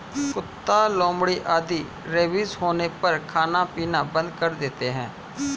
कुत्ता, लोमड़ी आदि रेबीज होने पर खाना पीना बंद कर देते हैं